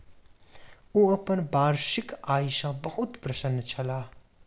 ओ अपन वार्षिक आय सॅ बहुत प्रसन्न छलाह